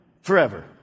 forever